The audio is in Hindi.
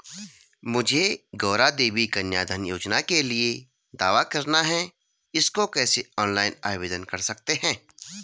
मुझे गौरा देवी कन्या धन योजना के लिए दावा करना है इसको कैसे ऑनलाइन आवेदन कर सकते हैं?